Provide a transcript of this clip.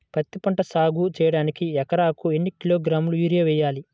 పత్తిపంట సాగు చేయడానికి ఎకరాలకు ఎన్ని కిలోగ్రాముల యూరియా వేయాలి?